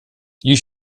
you